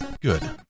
good